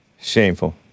Shameful